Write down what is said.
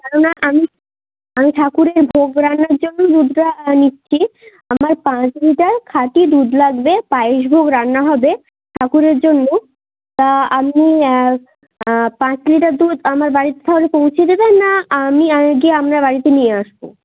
কেননা আমি আমি ঠাকুরের ভোগ রান্নার জন্য দুধটা নিচ্ছি আমার পাঁচ লিটার খাঁটি দুধ লাগবে পায়েস ভোগ রান্না হবে ঠাকুরের জন্য তা আপনি পাঁচ লিটার দুধ আমার বাড়িতে তাহলে পৌঁছে দেবেন না আমি গিয়ে আপনার বাড়িতে নিয়ে আসব